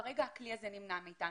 כרגע הכלי הזה נמנע מאתנו.